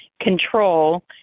control